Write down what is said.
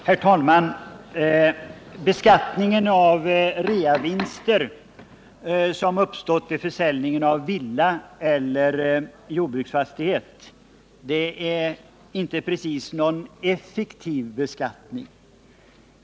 Herr talman! Beskattningen av reavinster som uppstått vid försäljning av villa eller jordbruksfastighet är inte precis någon effektiv beskattning.